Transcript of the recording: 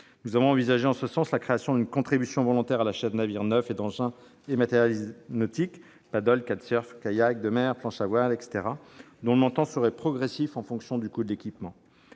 Nous avons envisagé, en ce sens, la création d'une contribution volontaire à l'achat de navires neufs et d'engins et matériels nautiques- paddles, kitesurfs, kayaks de mer, planches à voile, etc. -, dont le montant serait progressif en fonction du coût de l'équipement.